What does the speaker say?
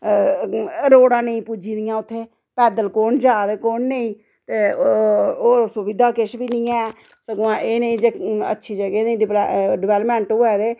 रोड़ां नेईं पुज्जी दियां उत्थें पैदल कौन जा ते कौन नेईं ते होर सुविधा किश बी नेईं ऐ सगुआं एह् जेही अच्छी जगह् दी डेवलपमेंट होऐ ते